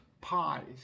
pies